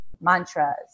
mantras